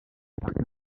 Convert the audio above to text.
parc